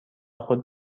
خود